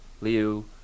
liu